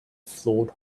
floored